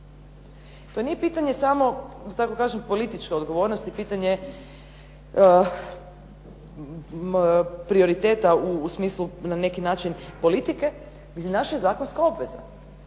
To nije pitanje samo da tako kažem političke odgovornosti, pitanje prioriteta u smislu na neki način politike naša je zakonska obveza.